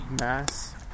Mass